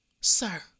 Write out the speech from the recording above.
Sir